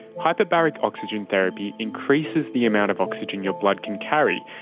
hyperbaric oxygen therapy increases the amount of oxygen your blood can carry,